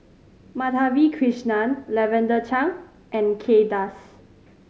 Madhavi Krishnan Lavender Chang and Kay Das